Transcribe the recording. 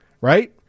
Right